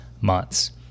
months